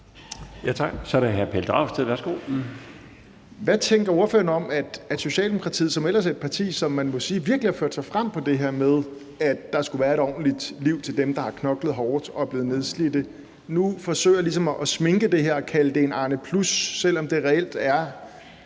Hvad tænker ordføreren om, at Socialdemokratiet, der ellers er et parti, som man må sige virkelig har ført sig frem på det her med, at der skulle være et ordentligt liv til dem, der har knoklet hårdt og er blevet nedslidte, nu forsøger ligesom at sminke det her og kalde det Arne plus, selv om det jo reelt er